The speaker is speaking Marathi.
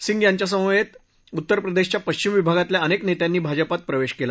सिंग यांच्यासमवेत उत्तर प्रदेशाच्या पश्चिम विभागातल्या अनेक नेत्यांनी भाजपात प्रवेश केला